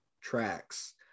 tracks